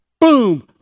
Boom